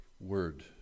Word